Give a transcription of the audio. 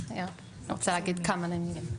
אני רוצה להגיד כמה מילים.